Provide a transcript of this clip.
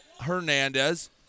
Hernandez